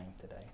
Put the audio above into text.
today